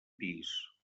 pis